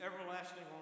everlasting